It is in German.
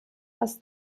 was